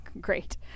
great